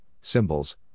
symbols